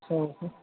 okay